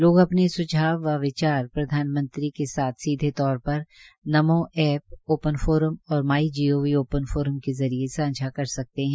लोग अपने सुझाव व विचार प्रधानमंत्री के साथ सीधेतोर पर नमो ऐप ओपन फोरम और माई गोव ओपन फोरम के जरिये सांझा कर सकते है